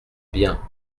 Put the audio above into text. bien